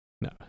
no